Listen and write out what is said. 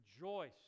rejoice